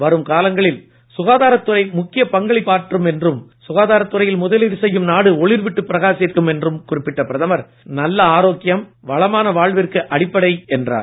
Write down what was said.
வரும் காலங்களில் சுகாதாரத் துறை முக்கிய பங்களிப்பு ஆற்றும் என்றும் சுகாதாரத் துறையில் முதலீடு செய்யும் நாடு ஒளிர்விட்டு பிரகாசிக்கும் என்றும் குறிப்பிட்ட பிரதமர் நல்ல ஆரோக்கியம் வளமான வாழ்விற்கு அடிப்படை என்றும் குறிப்பிட்டார்